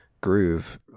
groove